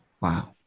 Wow